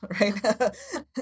right